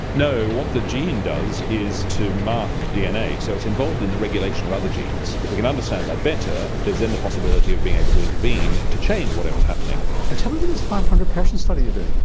no, what the gene does is to mark dna, so it's involved in the regulation of other genes. if we can understand that better there's then the possibility of being able to intervene to change whatever's happening. and tell me about this five hundred person study you're doing.